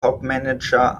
topmanager